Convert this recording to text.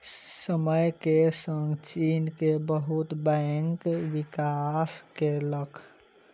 समय के संग चीन के बहुत बैंक विकास केलक